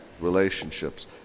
relationships